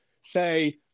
say